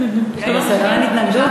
אין, אין התנגדות?